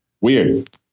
Weird